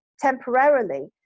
temporarily